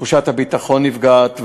תחושת הביטחון נפגעת,